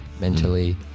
mentally